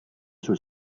sul